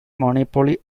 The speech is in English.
monopoly